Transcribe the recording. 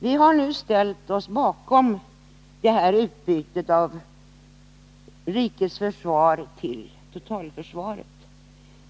Vi har nu ställt oss bakom utbytet av orden ”rikets försvar” mot ”totalförsvaret”.